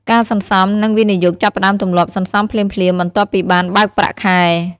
ការសន្សំ និងវិនិយោគចាប់ផ្ដើមទម្លាប់សន្សំភ្លាមៗបន្ទាប់ពីបានបើកប្រាក់ខែ។